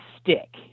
stick